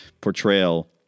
portrayal